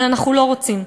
אבל אנחנו לא רוצים,